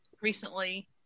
recently